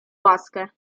łaskę